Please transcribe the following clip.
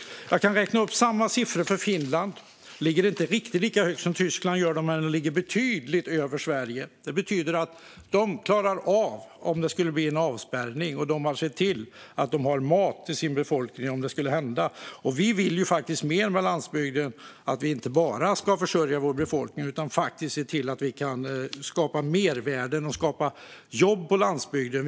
Jag skulle kunna räkna upp motsvarande siffror för Finland, som inte riktigt ligger lika högt som Tyskland men betydligt över Sverige. Det betyder att de skulle klara av en avspärrning. De har sett till att de har mat till sin befolkning om det skulle hända. Vi vill faktiskt mer med landsbygden. Vi ska inte bara försörja vår befolkning utan även se till att vi kan skapa mervärden och skapa jobb på landsbygden.